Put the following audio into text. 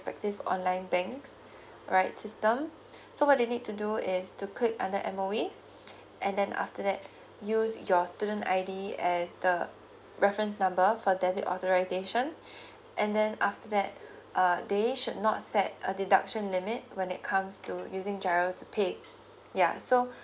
respective online banks right system so what they need to do is to click under M_O_E and then after that use your student I_D as the reference number for debit authorization and then after that err they should not set a deduction limit when it comes to using G_I_R_O to pay yeah so